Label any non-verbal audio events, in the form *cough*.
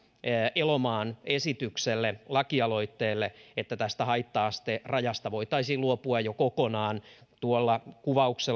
elomaan lakialoitteelle että tästä haitta asterajasta voitaisiin luopua jo kokonaan tuon kuvauksen *unintelligible*